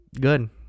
good